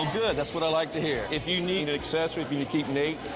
good. that's what i like to hear. if you need an accessory for you to keep nate